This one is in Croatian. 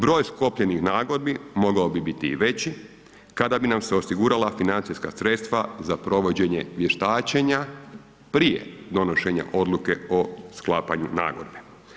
Broj sklopljenih nagodbi mogao bi biti i veći kada bi nam se osigurala financijska sredstva za provođenje vještačenja prije donošenja odluke o sklapanju nagodbe.